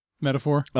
Metaphor